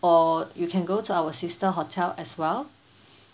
or you can go to our sister hotel as well